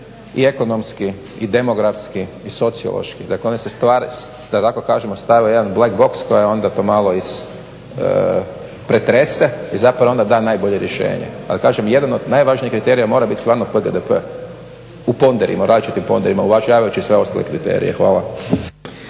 i ekonomski i demografski i sociološki, dakle oni se da tako kažemo stave u jedan black box koje onda to malo pretrese i zapravo onda da najbolje rješenje. Ali kažem, jedan od najvažnijih kriterija mora bit stvarno PGDP u ponderima, u različitim ponderima, uvažavajući sve ostale kriterije. Hvala.